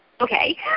okay